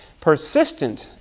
persistent